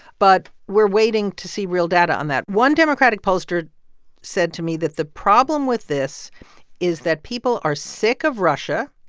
but we're waiting to see real data on that. one democratic pollster said to me that the problem with this is that people are sick of russia.